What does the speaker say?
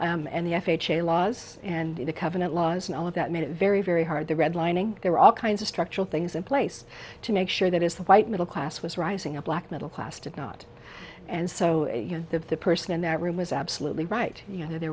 and the f h a laws and the covenant laws and all of that made it very very hard the redlining there were all kinds of structural things in place to make sure that is the white middle class was rising up black middle class did not and so you know the person in that room was absolutely right you know the